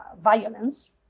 violence